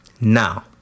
Now